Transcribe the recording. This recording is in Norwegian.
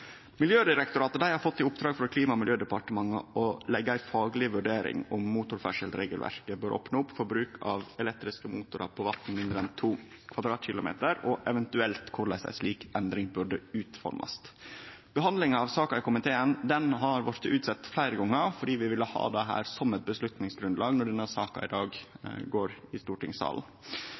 har fått i oppdrag frå Klima- og miljødepartementet å leggje fram ei fagleg vurdering av om motorferdselsregelverket bør opne opp for bruk av elektriske motorar på vatn mindre enn 2 km 2 , og eventuelt korleis ei slik endring burde utformast. Behandlinga av saka i komiteen har blitt utsett fleire gongar, fordi vi ville ha dette som eit vedtaksgrunnlag når denne saka i dag går i stortingssalen.